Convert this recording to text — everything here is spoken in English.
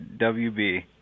WB